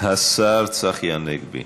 השר צחי הנגבי.